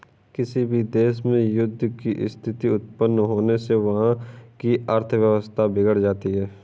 किसी भी देश में युद्ध की स्थिति उत्पन्न होने से वहाँ की अर्थव्यवस्था बिगड़ जाती है